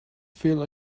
feel